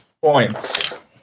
points